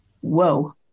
Whoa